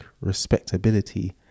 respectability